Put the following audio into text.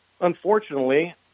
unfortunately